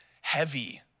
heavy